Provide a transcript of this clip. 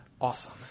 Awesome